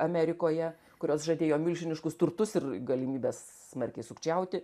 amerikoje kurios žadėjo milžiniškus turtus ir galimybes smarkiai sukčiauti